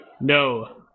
No